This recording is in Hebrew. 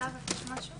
אפשר לומר משהו?